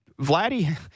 Vladdy